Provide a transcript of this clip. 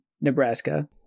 Nebraska